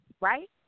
right